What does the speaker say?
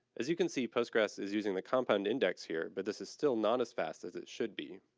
as you can see, postgress is using the compound index here but this is still not as fast as it should be.